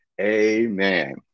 amen